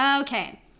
Okay